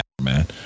man